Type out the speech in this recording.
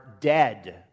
dead